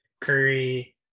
Curry